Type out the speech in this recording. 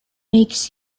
makes